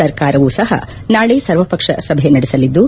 ಸರ್ಕಾರವು ಸಹ ನಾಳೆ ಸರ್ವಪಕ್ಷ ಸಭೆ ನಡೆಸಲಿದ್ದು